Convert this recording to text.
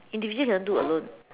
individual you cannot do alone